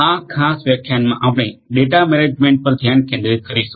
આ ખાસ વ્યાખ્યાનમાં આપણે ડેટા મેનેજમેન્ટ પર ધ્યાન કેન્દ્રિત કરીશું